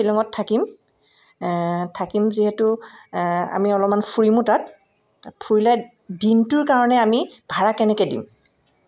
তাৰোপৰি আমি শ্বিলঙত থাকিম থাকিম যিহেতু আমি অলপমান ফুৰিমো তাত ফুৰিলে দিনটোৰ কাৰণে আমি ভাড়া কেনেকৈ দিম